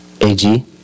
A-G